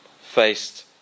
faced